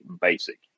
basic